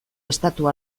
estatu